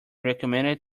recommended